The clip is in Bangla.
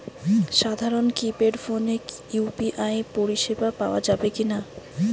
সাধারণ কিপেড ফোনে ইউ.পি.আই পরিসেবা পাওয়া যাবে কিনা?